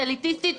אליטיסטית,